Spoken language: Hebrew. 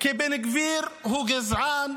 כי בן גביר הוא גזען,